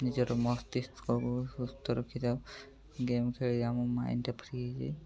ନିଜର ମସ୍ତିଷ୍କକୁ ସୁସ୍ଥ ରଖିଥାଉ ଗେମ୍ ଖେଳିକି ଆମ ମାଇଣ୍ଡଟା ଫ୍ରି ହେଇଯାଏ